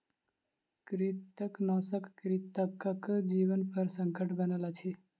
कृंतकनाशक कृंतकक जीवनपर संकट बनल अछि